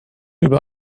über